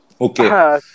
Okay